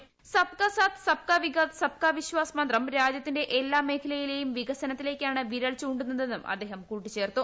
സബ്കാ സാത്ത് സബ്കാ വികാസ് സബ്കാ വിശ്വാസ് മന്ത്രം രാജ്യത്തിന്റെ എല്ലാ മേഖലയിലേയും വികസനത്തിലേക്കാണ് വിരൽ ചൂണ്ടുന്നതെന്നും അദ്ദേഹം കൂട്ടിച്ചേർത്തു